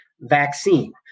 vaccine